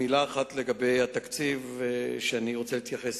מלה אחת לגבי התקציב, אני רוצה להתייחס.